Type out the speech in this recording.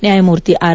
ನ್ಯಾಯಮೂರ್ತಿ ಆರ್